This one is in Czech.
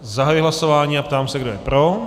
Zahajuji hlasování a ptám se, kdo se pro.